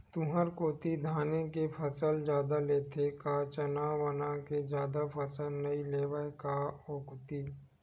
तुंहर कोती धाने के फसल जादा लेथे का चना वना के जादा फसल नइ लेवय का ओ कोती?